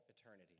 eternity